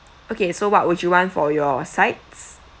okay so what would you want for your sides